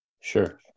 Sure